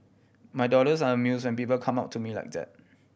my daughters are amuse when people come up to me like that